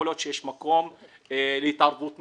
יכול להיות שיש מקום להתערבות מדינה,